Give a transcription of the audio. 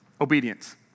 obedience